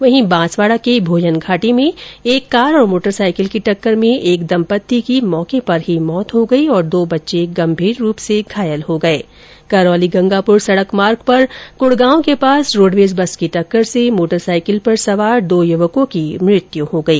वहीं बांसवाडा के भोयनघाटी में एक कार और मोटरसाईकिल की टक्कर में एक दम्पत्ति की मौके पर ही मौत हो गई और दो बच्चे गंभीर रूप से घायल हो गये जबकि करौली गंगापुर सडक मार्ग पर कड़गांव के पास रोडवेज बस की टक्कर से मोटरसाईकिल पर सवार दो युवकों की मृत्यु हो गई